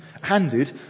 handed